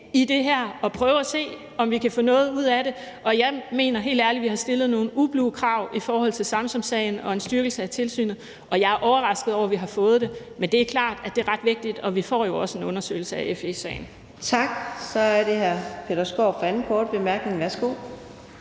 i det her og prøve at se, om vi kan få noget ud af det? Jeg mener helt ærligt, vi har stillet nogle ublu krav i forhold til Samsamsagen og en styrkelse af tilsynet, og jeg er overrasket over, at vi har fået det. Men det er klart, at det er ret vigtigt, og vi får jo også en undersøgelse af FE-sagen.